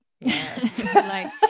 Yes